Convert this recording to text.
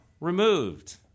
removed